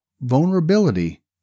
Vulnerability